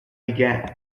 began